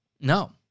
No